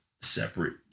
separate